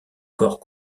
corps